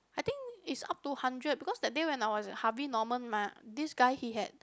I think is up to hundred because that day when I was at Harvey Norman mah this guy he had